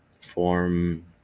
form